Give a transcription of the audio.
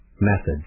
Methods